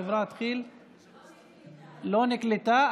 לא נקלטה?